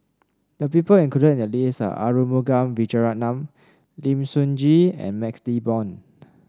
the people included in the list are Arumugam Vijiaratnam Lim Sun Gee and MaxLe Blond